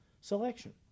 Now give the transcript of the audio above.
selection